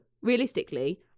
Realistically